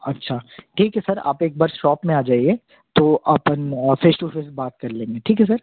अच्छा ठीक है सर आप एक बार शॉप में आ जाइए तो अपन फ़ेस टू फ़ेस बात कर लेंगे ठीक है सर